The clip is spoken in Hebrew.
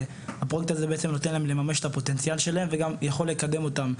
הפרויקט הזה בעצם נותן להם לממש את הפוטנציאל שלהם וגם יכול לקדם אותם.